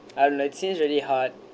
I'm like seems very hard